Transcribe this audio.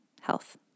health